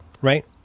right